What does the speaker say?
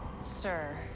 Sir